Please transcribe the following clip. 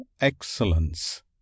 excellence